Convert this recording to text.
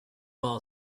ball